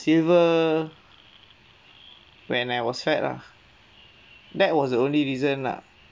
silver when I was fat lah that was the only reason lah